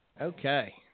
okay